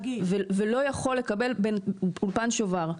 ולא יכול לקבל אולפן שובר.